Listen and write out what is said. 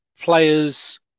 players